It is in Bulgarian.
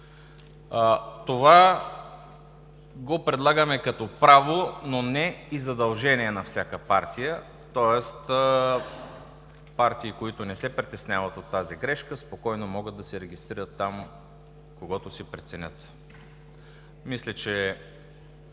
Това го предлагаме като право, но не задължение на всяка партия. Тоест партии, които не се притесняват от тази грешка, спокойно могат да се регистрират там когото си преценят. Мисля, че